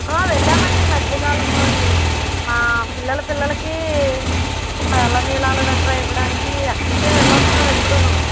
వెళ్లామండి ఈ మధ్యకాలంలోనే మా పిల్లల పిల్లలకీ తలనీలాలు గట్రా ఇవ్వడానికి అక్కడికే వెళ్లొస్తాం ఎప్పుడూను